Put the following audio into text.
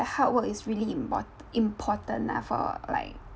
hard work is really imp~ important lah for like